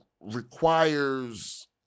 requires